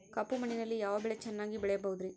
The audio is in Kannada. ಕಪ್ಪು ಮಣ್ಣಿನಲ್ಲಿ ಯಾವ ಬೆಳೆ ಚೆನ್ನಾಗಿ ಬೆಳೆಯಬಹುದ್ರಿ?